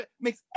makes